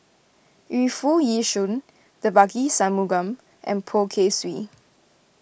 Yu Foo Yee Shoon Devagi Sanmugam and Poh Kay Swee